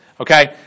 okay